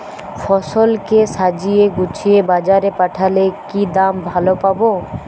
ফসল কে সাজিয়ে গুছিয়ে বাজারে পাঠালে কি দাম ভালো পাব?